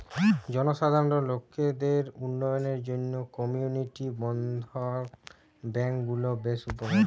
জনসাধারণ লোকদের উন্নয়নের জন্যে কমিউনিটি বর্ধন ব্যাংক গুলো বেশ উপকারী